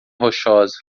rochosa